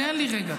תן לי רגע.